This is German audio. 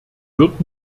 wird